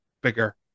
bigger